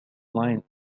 line